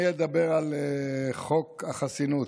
אני אדבר על חוק החסינות,